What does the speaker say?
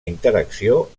interacció